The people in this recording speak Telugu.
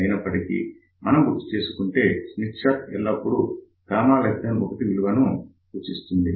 అయినప్పటికీ మనం గుర్తు చేసుకుంటే స్మిత్ చార్ట్ ఎల్లప్పుడు 1 విలువను సూచిస్తుంది